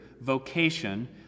vocation